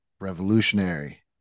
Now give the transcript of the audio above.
revolutionary